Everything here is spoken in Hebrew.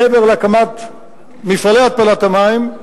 מעבר להקמת מפעלי התפלת המים,